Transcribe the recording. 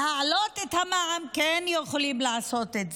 להעלות את המע"מ, הם כן יכולים לעשות את זה,